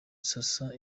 sasa